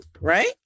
right